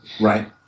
right